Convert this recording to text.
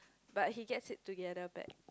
but he gets it together back